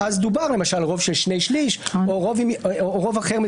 דובר על רוב של שני שלישים או רוב אחר,